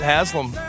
Haslam